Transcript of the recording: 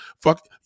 Fuck